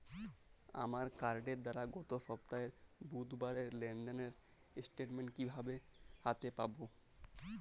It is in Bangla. আমার কার্ডের দ্বারা গত সপ্তাহের বুধবারের লেনদেনের স্টেটমেন্ট কীভাবে হাতে পাব?